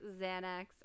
Xanax